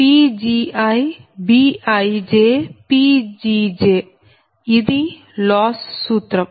Pgi Bij Pgj ఇది లాస్ సూత్రం